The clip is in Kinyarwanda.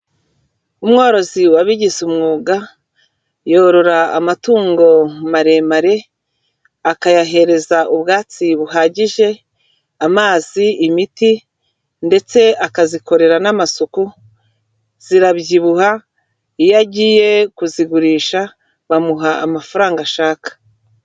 Umworozi wabigize umwuga, yorora amatungo maremare, akayahereza ubwatsi buhagije, amazi, imiti, ndetse akazikorera n'amasuku, zirabyibuha, iyo agiye kuzigurisha bamuha amafaranga ashaka.